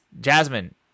Jasmine